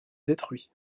détruits